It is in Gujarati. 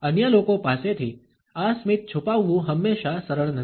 અન્ય લોકો પાસેથી આ સ્મિત છુપાવવું હંમેશા સરળ નથી